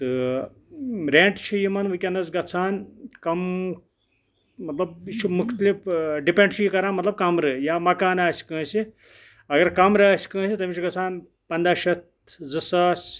تہٕ رٮ۪نٛٹ چھُ یِمَن وٕنکٮ۪نَس گژھان کَم مطلب یہِ چھُ مختلف ڈِپٮ۪نٛڈ چھُ یہِ کَران مطلب کَمرٕ یا مکان آسہِ کٲنٛسہِ اگر کَمرٕ آسہِ کٲنٛسہِ تٔمِس چھُ گژھان پنٛداہ شیٚتھ زٕ ساس